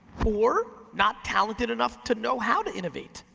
or, not talented enough to know how to innovate.